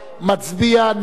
מצביע נגד.